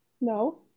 No